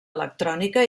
electrònica